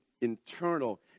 internal